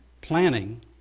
planning